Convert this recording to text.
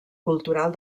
cultural